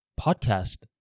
podcast